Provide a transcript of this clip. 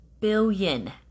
billion